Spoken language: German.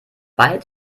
bald